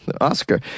Oscar